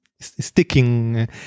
sticking